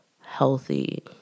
healthy